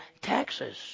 taxes